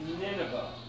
Nineveh